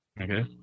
Okay